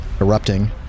erupting